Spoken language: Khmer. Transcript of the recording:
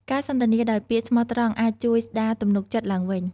ការសន្ទនាដោយពាក្យស្មោះត្រង់អាចជួយស្ដារទំនុកចិត្តឡើងវិញ។